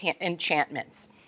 enchantments